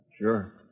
Sure